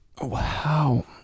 Wow